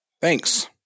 Thanks